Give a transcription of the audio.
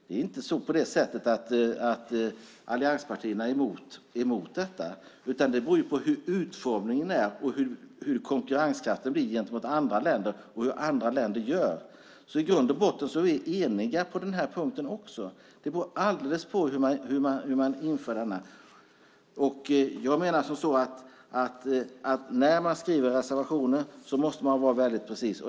Det är inte på det sättet att allianspartierna är emot detta, utan det beror på hur utformningen ser ut, hur konkurrenskraften blir gentemot andra länder och hur andra länder gör. Så i grund och botten är vi eniga på den här punkten också. Det beror alldeles på hur man inför detta. Jag menar som så att när man skriver reservationer måste man vara väldigt precis.